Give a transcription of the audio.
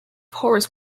horace